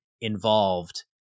involved